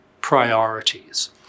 priorities